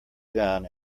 gun